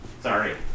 Sorry